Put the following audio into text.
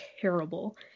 terrible